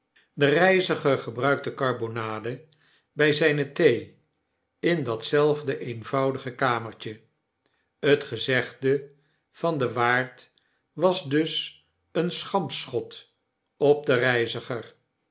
de reiziger gebruikte karbonade bij zyne thee in datzeliae eenvoudige kamertje het gezegde van den waard was dus een schampschot op den reiziger